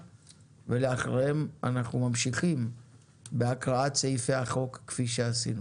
ולאחריהן אנחנו ממשיכים בהקראת סעיפי החוק כפי שעשינו.